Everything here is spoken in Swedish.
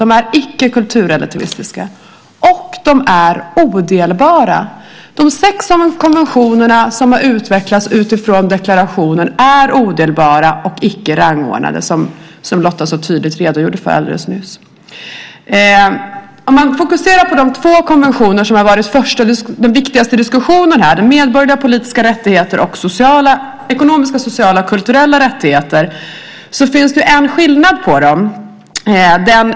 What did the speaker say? De är alltså icke kulturrelativistiska, och de är odelbara. De sex konventioner som har utvecklats utifrån deklarationen är odelbara och icke rangordnade, som Lotta alldeles nyss så tydligt redogjorde för. Om man fokuserar på de två första konventionerna och den viktigaste diskussionen här - om de medborgerliga och politiska rättigheterna och de ekonomiska, sociala och kulturella rättigheterna - finns det en skillnad mellan dessa.